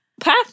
path